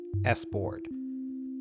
sboard